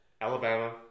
Alabama